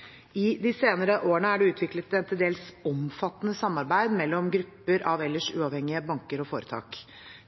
i komiteens innstilling. I de senere årene er det utviklet et til dels omfattende samarbeid mellom grupper av ellers uavhengige banker og foretak.